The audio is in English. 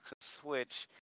switch